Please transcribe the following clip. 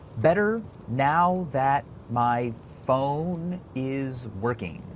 better now that my phone is working?